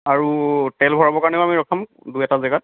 আৰু তেল ভৰাবৰ কাৰণেও আমি ৰখাম দুই এটা জেগাত